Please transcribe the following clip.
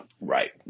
Right